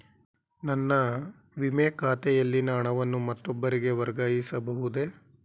ನನ್ನ ವಿಮೆ ಖಾತೆಯಲ್ಲಿನ ಹಣವನ್ನು ಮತ್ತೊಬ್ಬರಿಗೆ ವರ್ಗಾಯಿಸ ಬಹುದೇ?